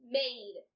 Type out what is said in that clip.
made